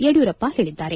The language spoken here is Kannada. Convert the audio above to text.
ಯಡಿಯೂರಪ್ಪ ಹೇಳಿದ್ದಾರೆ